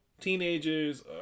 teenagers